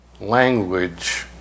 language